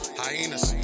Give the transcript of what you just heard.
hyenas